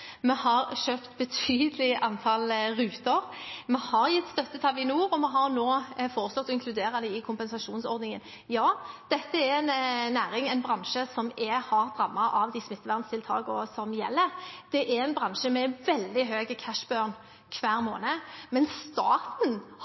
vi har kjøpt et betydelig antall ruter, vi har gitt støtte til Avinor, og vi har nå foreslått å inkludere dem i kompensasjonsordningen. Ja – dette er en næring, en bransje, som er hardt rammet av de smitteverntiltakene som gjelder. Det er en bransje med veldig høy «cash burn» hver måned, men staten